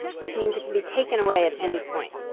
which means it can be taken away at any point.